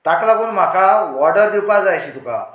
ताका लागून म्हाका वॉर्डर दिवपाक जाय आशिल्ली तुका